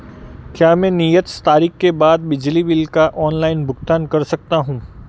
क्या मैं नियत तारीख के बाद बिजली बिल का ऑनलाइन भुगतान कर सकता हूं?